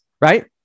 right